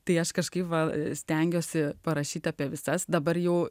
tai aš kažkaip va stengiuosi parašyt apie visas dabar jau